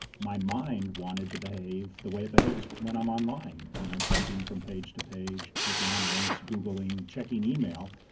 my mind wanted to behave the way it behaves when i'm online, you know, jumping from page to page, clicking on links, googling, checking email,